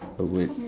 I would